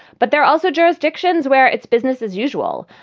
but there are also jurisdictions where it's business as usual.